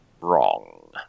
wrong